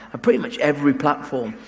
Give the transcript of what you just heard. ah pretty much every platform,